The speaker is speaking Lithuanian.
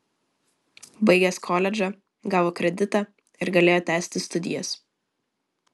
baigęs koledžą gavo kreditą ir galėjo tęsti studijas